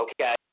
okay